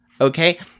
Okay